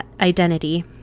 identity